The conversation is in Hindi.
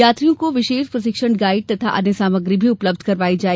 यात्रियों को विशेष प्रशिक्षण गाइड तथा अन्य सामग्री उपलब्ध करवाई गई